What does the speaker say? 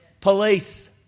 Police